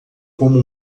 como